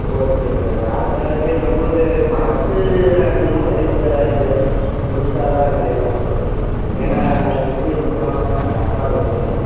okay sir அதுதான் சரி நம்பளுக்கு பழசு அநேகமாக சரிபட்டு வராது புதுசாக தான் எனக்கு வேணும் ஏனால் செஞ்சுக் கொடுக்குறோம் அது தப்பாக போய்விடக்கூடாது